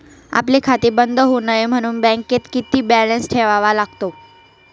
आपले खाते बंद होऊ नये म्हणून बँकेत किती बॅलन्स ठेवावा लागतो?